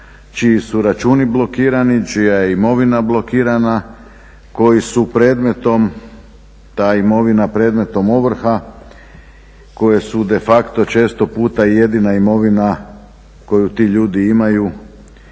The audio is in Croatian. čiji su računi blokirani, čija je imovina blokirana, koji su predmetom, ta imovina predmetom ovrha, koji su de facto četo puta jedina imovina koju ti ljudi imaju